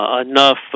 enough